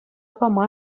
пама